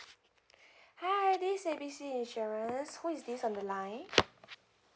hi this is A B C insurance who is this on the line